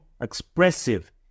expressive